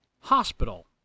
hospital